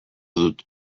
dut